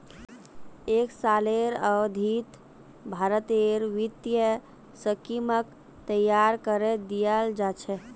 एक सालेर अवधित भारतेर वित्तीय स्कीमक तैयार करे दियाल जा छे